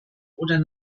oder